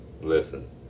listen